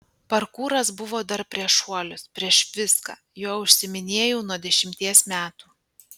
parkūras buvo dar prieš šuolius prieš viską juo užsiiminėjau nuo dešimties metų